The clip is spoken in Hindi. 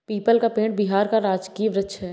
पीपल का पेड़ बिहार का राजकीय वृक्ष है